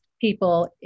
people